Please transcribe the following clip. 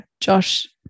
Josh